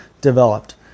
developed